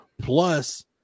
plus